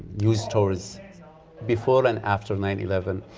news stories before and after nine eleven.